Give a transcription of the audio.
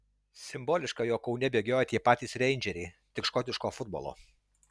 simboliška jog kaune bėgiojo tie patys reindžeriai tik škotiško futbolo